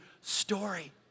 story